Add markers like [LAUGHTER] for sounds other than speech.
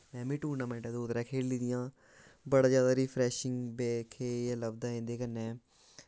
मैं बी टूर्नामैंटां दो त्रै खेली दियां बड़ा जैदा रिफ्रेशिंग [UNINTELLIGIBLE] लभदा इं'दे कन्नै